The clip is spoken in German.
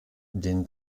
den